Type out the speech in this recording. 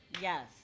Yes